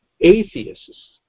Atheists